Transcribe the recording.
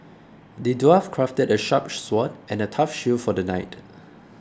the dwarf crafted a sharp sword and a tough shield for the knight